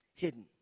hidden